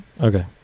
Okay